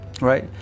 right